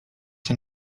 się